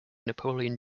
napoleon